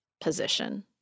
position